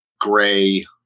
gray